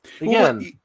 again